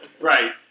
Right